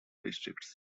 districts